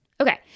okay